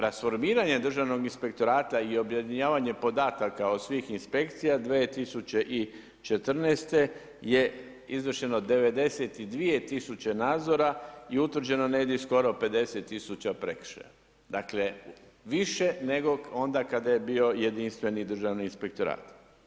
Rasformiranje Državnog inspektorata i objedinjavanje podataka od svih inspekcija 2014. je izvršeno 92 000 nadzora i utvrđeno je negdje skoro 50 000 prekršaja, dakle više nego onda kada je bio jedinstveni Državni inspektorat.